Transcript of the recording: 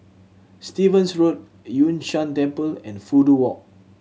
Stevens Road Yun Shan Temple and Fudu Walk